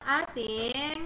ating